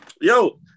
yo